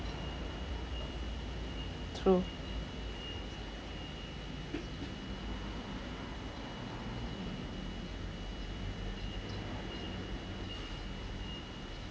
true